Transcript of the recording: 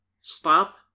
stop